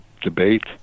debate